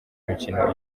imikino